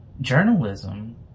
Journalism